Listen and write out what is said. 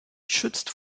schützt